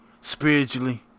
spiritually